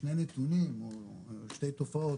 שני נתונים או שתי תופעות,